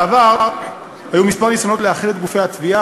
בעבר היו כמה ניסיונות לאחד את גופי התביעה,